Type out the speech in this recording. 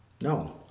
No